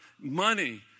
money